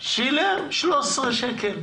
שילם 13 שקלים